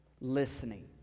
listening